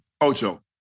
Ocho